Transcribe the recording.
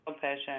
passion